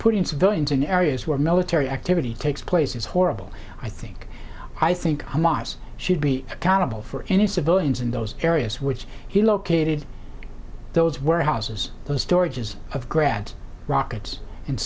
putting civilians in areas where military activity takes place is horrible i think i think hamas should be accountable for any civilians in those areas which he located those warehouses those storage is of grad rockets and